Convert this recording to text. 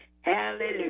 Hallelujah